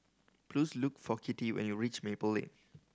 please look for Kittie when you reach Maple Lane